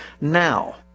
now